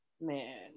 man